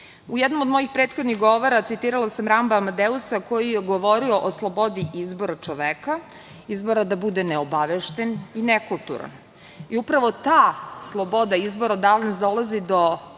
jednom od mojih prethodnih govora citirala sam Ramba Amadeusa, koji je govorio o slobodi izbora čoveka, izbora da bude neobavešten i nekulturan i upravo ta sloboda izbora danas dolazi do